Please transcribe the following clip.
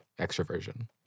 extroversion